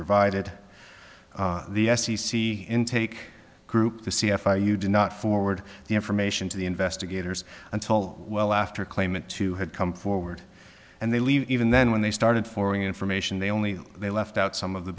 provided the s e c intake group the c f i you did not forward the information to the investigators until well after claimant too had come forward and they leave even then when they started forming information they only they left out some of the